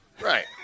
Right